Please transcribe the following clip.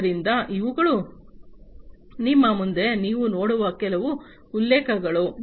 ಆದ್ದರಿಂದ ಇವುಗಳು ನಿಮ್ಮ ಮುಂದೆ ನೀವು ನೋಡುವ ಕೆಲವು ಉಲ್ಲೇಖಗಳು